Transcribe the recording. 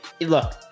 look